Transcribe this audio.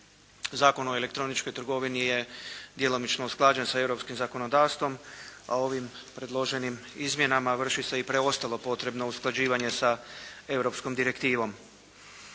Zakon o elektroničkoj trgovini je djelomično usklađen sa Europskim zakonodavstvom, a ovim predloženim izmjenama vrši se i preostalo potrebno usklađivanje sa europskom direktivom.